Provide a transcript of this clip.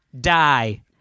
die